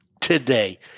today